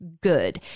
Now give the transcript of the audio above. good